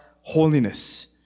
holiness